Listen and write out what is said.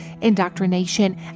indoctrination